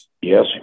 yes